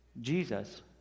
Jesus